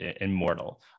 immortal